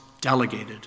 delegated